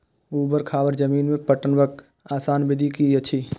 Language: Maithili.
ऊवर खावर जमीन में पटवनक आसान विधि की अछि?